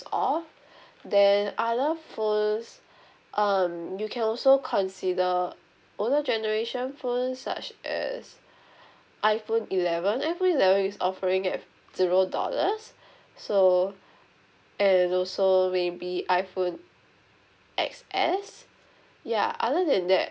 off then other phones um you can also consider older generation phones such as iphone eleven iphone eleven is offering at zero dollars so and also maybe iphone X S ya other than that